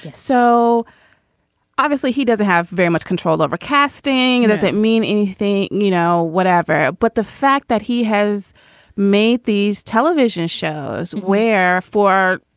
so obviously he doesn't have very much control over casting and that it mean anything. you know, whatever. but the fact that he has made these television shows where for,